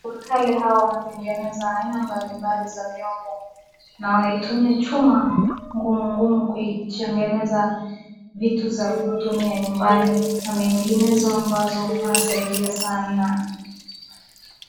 Jua kali hawa wanatengeneza aina mbalimbali za vyombo na wanaitumia chuma ngumungumu kuitengeneza vitu za kutumia nyumbani na vinginezo ambazo zinasaidia sana.